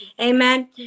amen